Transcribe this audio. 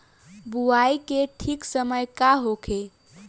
बुआई के ठीक समय का होखे?